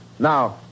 Now